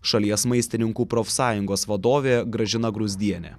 šalies maistininkų profsąjungos vadovė gražina gruzdienė